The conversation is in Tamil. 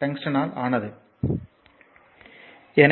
டங்ஸ்டனால் ஆனது என்று கூறுகிறது